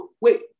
Wait